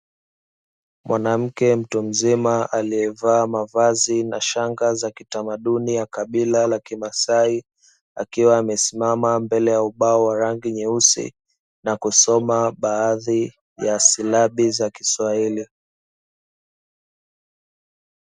Mwanamke mtu mzima alievaa mavazi na shanga za kitamaduni ya kabila la kimaasai, akiwa amesimama mbele ya ubao wa rangi nyeusi na kusoma baadhi ya silabu za kiswahili.